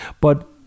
but-